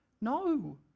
No